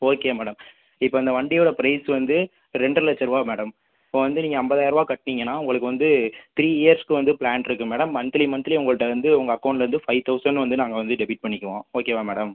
okay madam இப்போ அந்த வண்டியோட ப்ரைஸ் வந்து ரெண்டர லட்சரூபா மேடம் இப்போ வந்து நீங்கள் ஐம்பதாயரூவா கட்டினீங்கன்னா உங்களுக்கு வந்து த்ரீ இயர்ஸ்க்கு வந்து பிளான் இருக்குது மேடம் மன்த்லி மன்த்லி உங்கள்ட்ட வந்து உங்கள் அக்கௌண்ட்லருந்து ஃபை தௌசண்ட் வந்து நாங்கள் வந்து டெபிட் பண்ணிக்குவோம் ஓகேவா மேடம்